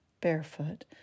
Barefoot